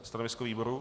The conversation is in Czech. Stanovisko výboru?